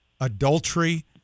adultery